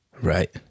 Right